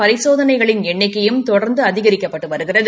பரிசோதனைகளின் எண்ணிக்கையும் தொடர்ந்து அதிகரிக்கப்பட்டு வருகிறது